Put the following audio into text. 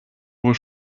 wohl